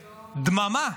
דממה,